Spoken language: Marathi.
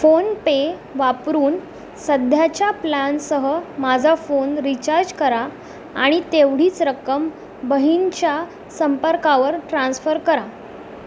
फोनपे वापरून सध्याच्या प्लॅनसह माझा फोन रिचार्ज करा आणि तेवढीच रक्कम बहीणीच्या संपर्कावर ट्रान्स्फर करा